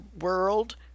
world